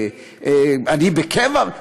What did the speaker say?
עמיתי חברי הכנסת,